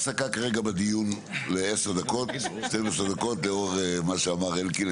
כרגע בדיון ל-10 דקות 12 דקות לאור מה שאמר אלקין,